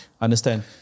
understand